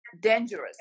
dangerous